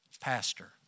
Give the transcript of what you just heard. pastor